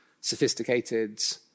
sophisticated